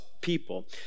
people